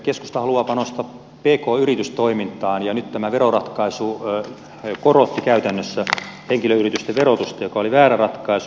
keskusta haluaa panostaa pk yritystoimintaan ja nyt tämä veroratkaisu korotti käytännössä henkilöyritysten verotusta mikä oli väärä ratkaisu